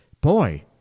Boy